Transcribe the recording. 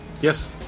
yes